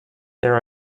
there